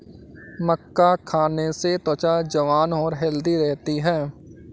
मक्का खाने से त्वचा जवान और हैल्दी रहती है